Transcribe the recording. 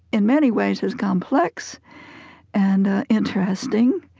in many ways, as complex and interesting